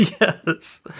Yes